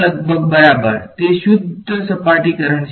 0 લગભગ બરાબર તે શુદ્ધ સપાટી કરંટ છે